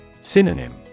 Synonym